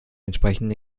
entsprechend